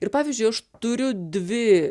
ir pavyzdžiui aš turiu dvi